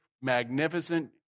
magnificent